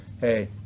Hey